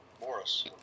Morris